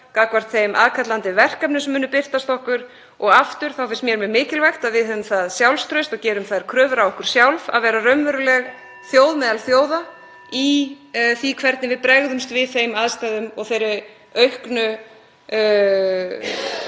og þeim aðkallandi verkefnum sem munu birtast okkur. Mér finnst mjög mikilvægt að við höfum það sjálfstraust og gerum þær kröfur á okkur sjálf að vera raunveruleg þjóð meðal þjóða í því hvernig við bregðumst við þeim aðstæðum og því aukna